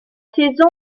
saison